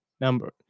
number